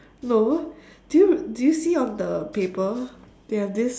no do you do you see on the paper they have this